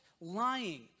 lying